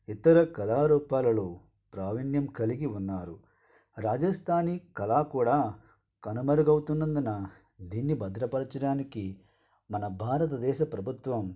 ఇతర కళారూపాలను ప్రావీణ్యం కలిగి ఉన్నారు రాజస్థానీ కళా కూడా కనుమరుగవుతున్నందున దీన్ని భద్రపరచడానికి మన భారతదేశ ప్రభుత్వం